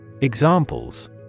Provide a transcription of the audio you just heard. Examples